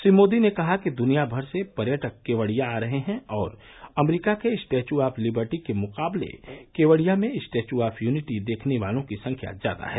श्री मोदी ने कहा कि द्नियाभर से पर्यटक केवड़िया आ रहे हैं और अमरीका के स्टैच्यू ऑफ लिबर्टी के मुकाबले केवड़िया में स्टैच्यू ऑफ यूनिटी देखने वालों की संख्या ज्यादा है